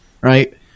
right